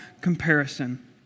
comparison